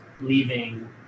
leaving